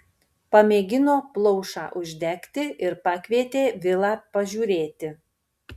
pamėgino plaušą uždegti ir pakvietė vilą pažiūrėti